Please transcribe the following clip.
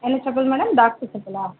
என்ன chappal madam doctor செப்பலா